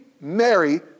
Mary